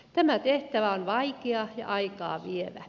tämä tehtävä on vaikea ja aikaa vievä